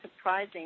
surprising